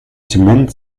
zement